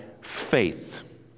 faith